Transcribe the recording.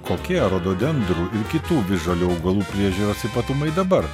kokie rododendrų ir kitų visžalių augalų priežiūros ypatumai dabar